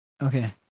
Okay